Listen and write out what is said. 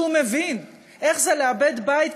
שהוא מבין איך זה לאבד בית,